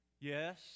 Yes